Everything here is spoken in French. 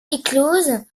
éclosent